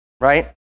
Right